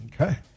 okay